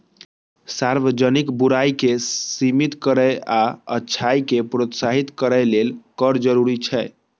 सार्वजनिक बुराइ कें सीमित करै आ अच्छाइ कें प्रोत्साहित करै लेल कर जरूरी छै